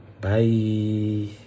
Bye